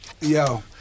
Yo